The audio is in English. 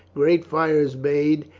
great fires made,